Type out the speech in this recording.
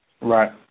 right